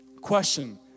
Question